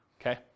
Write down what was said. okay